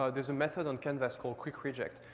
ah there's a method on canvas called quickreject.